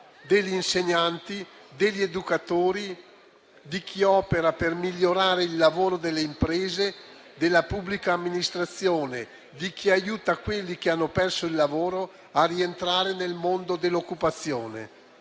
degli insegnanti, degli educatori, di chi opera per migliorare il lavoro delle imprese, della pubblica amministrazione, di chi aiuta quelli che hanno perso il lavoro a rientrare nel mondo dell'occupazione.